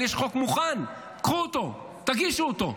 אבל יש חוק מוכן, קחו אותו, תגישו אותו.